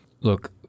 look